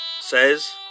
says